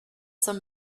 some